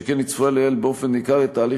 שכן היא צפויה לייעל באופן ניכר את תהליך